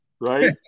Right